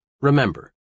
Remember